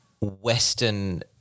Western